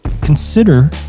consider